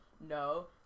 No